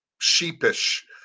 sheepish